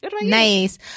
nice